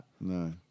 No